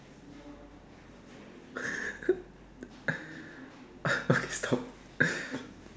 stop